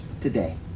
today